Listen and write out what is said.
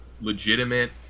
legitimate